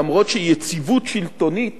למרות שיציבות שלטונית